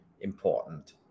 important